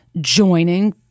joining